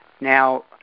Now